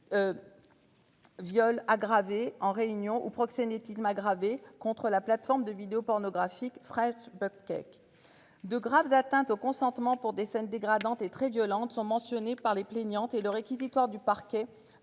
Viol aggravé en réunion ou proxénétisme aggravé contre la plateforme de vidéos pornographiques fraîche Bichkek. De graves atteintes au consentement pour des scènes dégradantes et très violentes sont mentionnés par les plaignantes et le réquisitoire du parquet